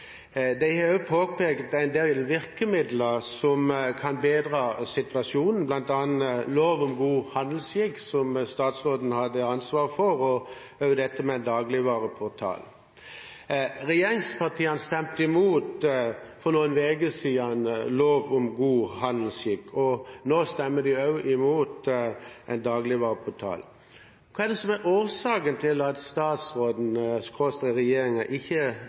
De har også påpekt en del virkemidler som kan bedre situasjonen, bl.a. lov om god handelsskikk, som statsråden hadde ansvar for, og også dette med en dagligvareportal. Regjeringspartiene stemte for noen uker siden imot lov om god handelsskikk, og nå stemmer de også imot en dagligvareportal. Hva er årsaken til at statsråden/regjeringen ikke